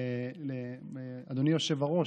אדוני היושב-ראש,